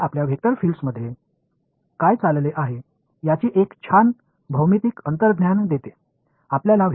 இது நமக்கு வெக்டர் பீல்டில் என்ன நடக்கின்றது என்பதற்கான மிக நல்ல வடிவியல் உள்ளுணர்வை வழங்குகின்றது